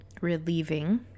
relieving